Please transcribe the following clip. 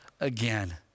again